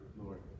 Lord